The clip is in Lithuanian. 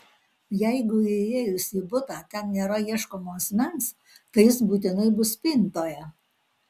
jeigu įėjus į butą ten nėra ieškomo asmens tai jis būtinai bus spintoje